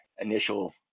initial